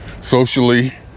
socially